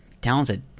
talented